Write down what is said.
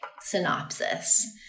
synopsis